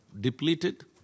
depleted